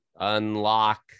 unlock